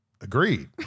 Agreed